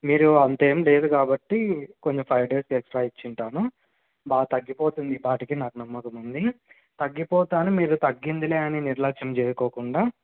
మీరు అంతేం లేదు కాబట్టి కొన్ని ఫైవ్ డేస్కి ఎక్స్ట్రా ఇచ్చి ఉంటాను బాగా తగ్గిపోతుంది ఈపాటికి నాకు నమ్మకముంది తగ్గిపోతా అని మీరు తగ్గిందిలే అని నిర్లక్ష్యం చేయకుండా